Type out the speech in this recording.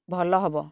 ଭଲ ହେବ